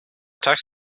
tax